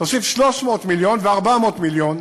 תוסיף 300 מיליון, ו-400 מיליון,